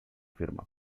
firma